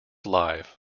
live